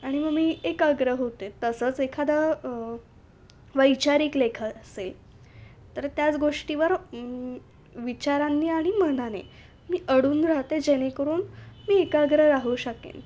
आणि मग मी एकाग्र होते तसंच एखादा वैचारिक लेख असेल तर त्याच गोष्टीवर विचारांनी आणि मनाने मी अडून राहते जेणेकरून मी एकाग्र राहू शकेन